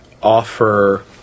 offer